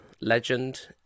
Legend